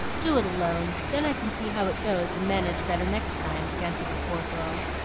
do it alone then i can see how it goes, and manage better next time, panted the poor girl,